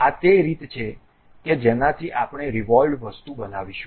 આ તે રીત છે કે જેનાથી આપણે રિવોલ્વડ વસ્તુ બનાવીશું